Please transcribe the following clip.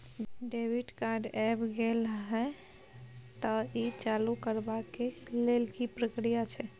Debit card ऐब गेल हैं त ई चालू करबा के लेल की प्रक्रिया छै?